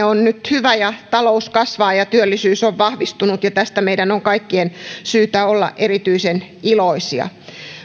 on nyt hyvä ja talous kasvaa ja ja työllisyys on vahvistunut ja tästä meidän on kaikkien syytä olla erityisen iloisia